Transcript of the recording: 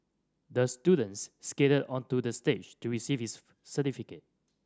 the students skated onto the stage to receive his certificate